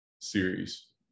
series